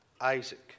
Isaac